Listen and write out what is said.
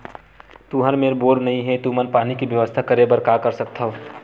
तुहर मेर बोर नइ हे तुमन पानी के बेवस्था करेबर का कर सकथव?